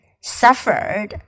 suffered